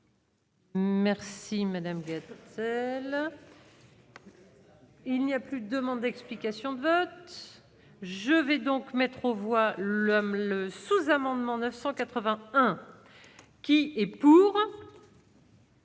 Merci madame guêtre celle. Il n'y a plus de demandes d'explications de vote, je vais donc mettre aux voix le sous-amendement 980 qui est pour.